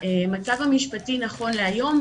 במצב המשפטי נכון להיום,